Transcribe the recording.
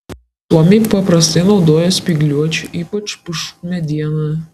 suomiai paprastai naudoja spygliuočių ypač pušų medieną